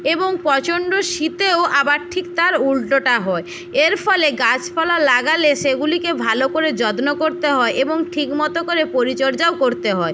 এবং প্রচণ্ড শীতেও আবার ঠিক তার উলটোটা হয় এর ফলে গাছপালা লাগালে সেগুলিকে ভালো করে যত্ন করতে হয় এবং ঠিক মতো করে পরিচর্যাও করতে হয়